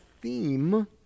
theme